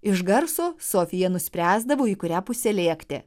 iš garso sofija nuspręsdavo į kurią pusę lėkti